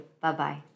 Bye-bye